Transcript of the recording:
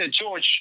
George